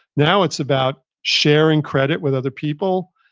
now, it's about sharing credit with other people,